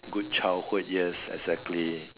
good childhood yes exactly